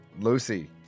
Lucy